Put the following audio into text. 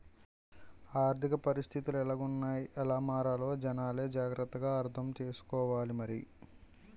ఆర్థిక పరిస్థితులు ఎలాగున్నాయ్ ఎలా మారాలో జనాలే జాగ్రత్త గా అర్థం సేసుకోవాలి మరి